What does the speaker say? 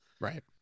Right